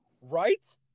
Right